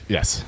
Yes